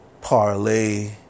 parlay